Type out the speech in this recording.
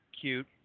cute